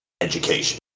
education